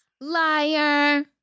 Liar